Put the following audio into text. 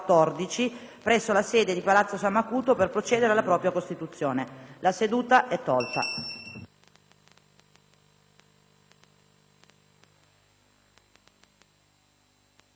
presso la sede di Palazzo San Macuto per procedere alla propria costituzione. **Interpellanze